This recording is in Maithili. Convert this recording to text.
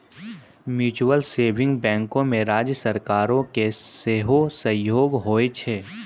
म्यूचुअल सेभिंग बैंको मे राज्य सरकारो के सेहो सहयोग होय छै